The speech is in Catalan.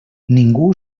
ningú